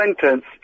sentence